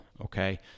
okay